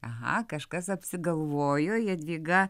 aha kažkas apsigalvojo jadvyga